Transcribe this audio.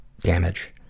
damage